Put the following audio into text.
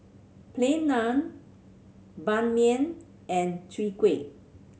Plain Naan Ban Mian and Chwee Kueh